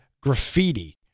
graffiti